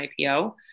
IPO